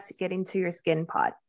getintoyourskinpod